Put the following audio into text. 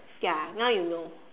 ya now you know